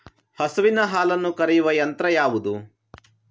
ಹಸುವಿನ ಹಾಲನ್ನು ಕರೆಯುವ ಯಂತ್ರ ಯಾವುದು?